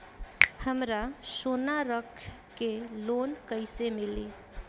हमरा सोना रख के लोन कईसे मिली?